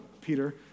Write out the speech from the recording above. Peter